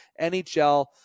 NHL